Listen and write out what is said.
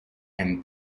and